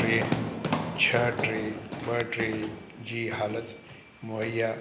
train छह टे ॿ टे जी हालतु मुहैया